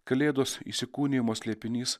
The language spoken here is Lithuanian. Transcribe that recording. kalėdos įsikūnijimo slėpinys